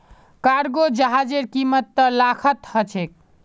cargo जहाजेर कीमत त लाखत ह छेक